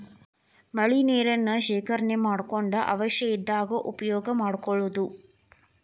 ಮಳಿ ನೇರನ್ನ ಶೇಕರಣೆ ಮಾಡಕೊಂಡ ಅವಶ್ಯ ಇದ್ದಾಗ ಉಪಯೋಗಾ ಮಾಡ್ಕೊಳುದು